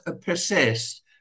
persist